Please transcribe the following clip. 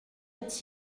est